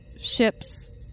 ships